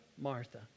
Martha